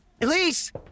Elise